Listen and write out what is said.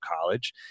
college